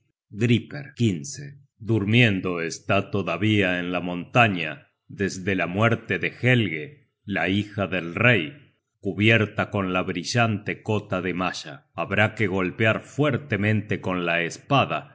durmiendo está todavía en la montaña desde la muerte de helge la hija de rey cubierta con la brillante cota de malla habrá que golpear fuertemente con la espada